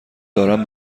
دارم